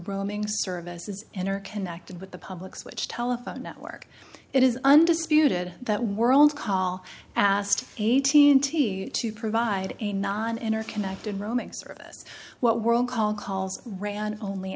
roaming service is in or connected with the public switch telephone network it is undisputed that world call asked eighteen to provide a non interconnected roaming service what world call calls ran only